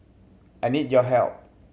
I need your help